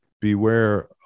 beware